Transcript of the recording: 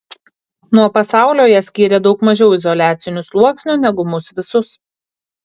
nuo pasaulio ją skyrė daug mažiau izoliacinių sluoksnių negu mus visus